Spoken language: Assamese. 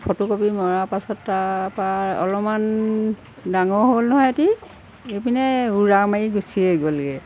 ফটোকপি মৰাৰ পাছত তাৰপা অলপমান ডাঙৰ হ'ল নহয় সিহঁতে এইপিনে উৰা মাৰি গুচিয়ে গ'লগৈ